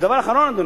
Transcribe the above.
דבר אחרון, אדוני,